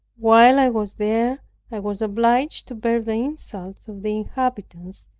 while i was there i was obliged to bear the insults of the inhabitants,